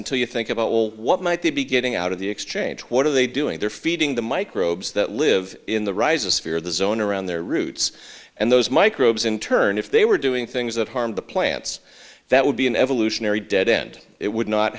until you think about well what might they be getting out of the exchange what are they doing they're feeding the microbes that live in the rises fear the zone around their roots and those microbes in turn if they were doing things that harm the plants that would be an evolutionary dead end it would not